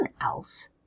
else